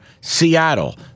Seattle